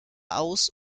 aus